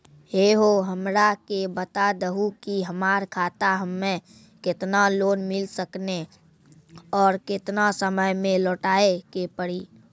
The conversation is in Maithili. है हो हमरा के बता दहु की हमार खाता हम्मे केतना लोन मिल सकने और केतना समय मैं लौटाए के पड़ी?